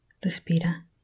respira